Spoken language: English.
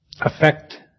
affect